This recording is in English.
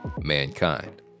mankind